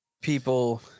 People